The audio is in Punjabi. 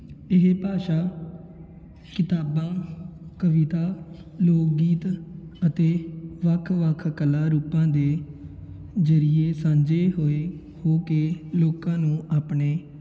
ਇਹ ਭਾਸ਼ਾ ਕਿਤਾਬਾਂ ਕਵਿਤਾ ਲੋਕ ਗੀਤ ਅਤੇ ਵੱਖ ਵੱਖ ਕਲਾ ਰੂਪਾਂ ਦੇ ਜ਼ਰੀਏ ਸਾਂਝੇ ਹੋਏ ਹੋ ਕੇ ਲੋਕਾਂ ਨੂੰ ਆਪਣੇ